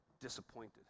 disappointed